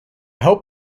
hope